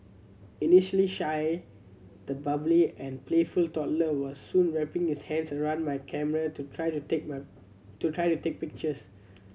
initially shy the bubbly and playful toddler was soon wrapping his hands round my camera to try to take to try to take pictures